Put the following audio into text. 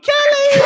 Kelly